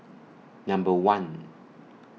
Number one